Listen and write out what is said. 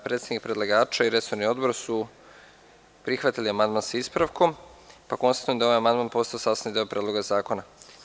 Predstavnik predlagača i resorni odbor su prihvatili amandman sa ispravkom, pa konstatujem da je ovaj amandman postao sastavni deo Predloga zakona.